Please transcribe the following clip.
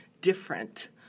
different